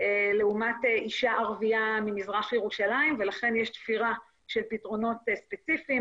לעומת אישה ערבייה ממזרח ירושלים ולכן יש תפירה של פתרונות ספציפיים,